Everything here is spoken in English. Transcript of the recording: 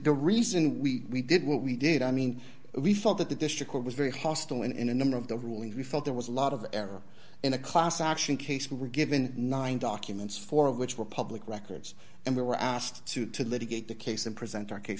e reason we did what we did i mean we felt that the district court was very hostile and in a number of the rulings we felt there was a lot of error in a class action case we were given nine documents four of which were public records and we were asked to to litigate the case and present our case